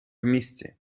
місті